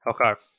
Okay